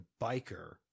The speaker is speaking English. biker